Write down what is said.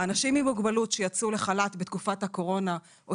אנשים עם מוגבלות שיצאו לחל"ת בתקופת הקורונה או